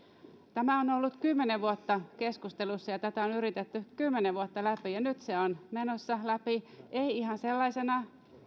tämä on on ollut kymmenen vuotta keskustelussa ja tätä on yritetty kymmenen vuotta läpi ja nyt se on menossa läpi ei ihan sellaisena